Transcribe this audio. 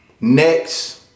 next